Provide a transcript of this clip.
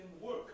work